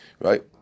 right